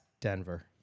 Denver